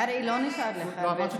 קרעי, לא נשאר לך הרבה זמן.